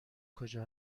کجا